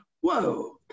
whoa